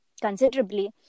considerably